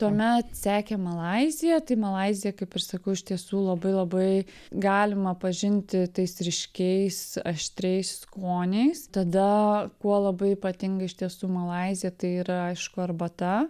tuomet sekė malaizija tai malaiziją kaip ir sakau iš tiesų labai labai galima pažinti tais ryškiais aštriais skoniais tada kuo labai ypatinga iš tiesų malaizija tai yra aišku arbata